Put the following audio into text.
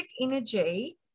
energy